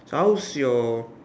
how's your